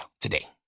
today